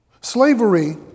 Slavery